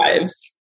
lives